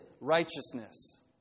righteousness